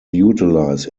utilize